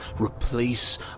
replace